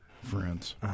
friends